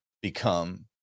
become